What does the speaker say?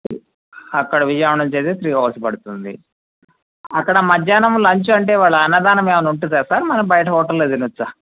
అక్కడ విజయవాడ నుంచి అయితే త్రీ అవర్స్ పడుతుంది అక్కడ మధ్యాహ్నం లంచ్ అంటే వాళ్ళ అన్నదానం ఏమైనా ఉంటుందా సార్ మనం బయట హోటల్లో తినొచ్చా